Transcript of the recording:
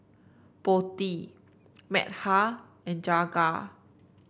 Potti Medha and Jagat